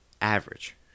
average